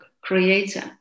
creator